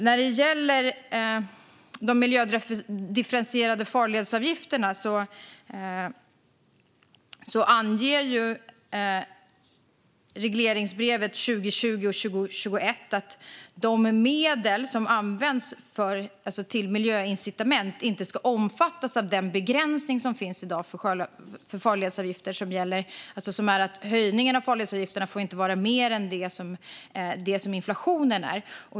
När det gäller de miljödifferentierade farledsavgifterna anger regleringsbreven för 2020 och 2021 att de medel som används till miljöincitament inte ska omfattas av den begränsning som finns i dag för farledsavgifter, alltså att höjningen av farledsavgifterna inte får överstiga inflationen.